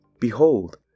Behold